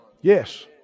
Yes